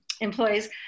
employees